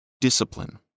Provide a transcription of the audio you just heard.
Discipline